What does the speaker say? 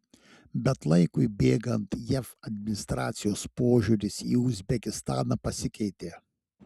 bet laikui bėgant jav administracijos požiūris į uzbekistaną pasikeitė